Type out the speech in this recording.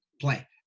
play